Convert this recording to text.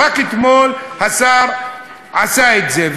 רק אתמול השר עשה את זה,